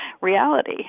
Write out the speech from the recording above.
reality